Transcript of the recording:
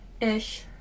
ish